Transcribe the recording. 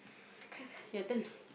your turn